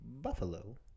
Buffalo